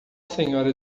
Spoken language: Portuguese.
senhora